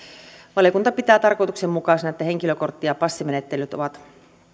valiokunta pitää tarkoituksenmukaisena että henkilökortti ja passimenettelyt ovat